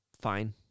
fine